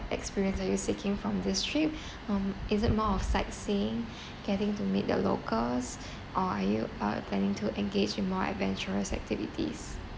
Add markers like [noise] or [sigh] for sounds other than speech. experience are you seeking from this trip [breath] um is it more of sightseeing [breath] getting to meet the locals or are you uh planning to engage in more adventurous activities